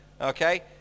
Okay